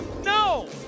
No